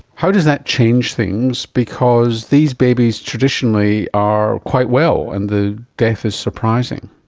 how does that change things? because these babies traditionally are quite well and the death is surprising.